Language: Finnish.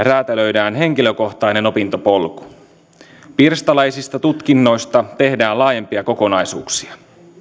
räätälöidään henkilökohtainen opintopolku pirstaleisista tutkinnoista tehdään laajempia kokonaisuuksia